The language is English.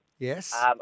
Yes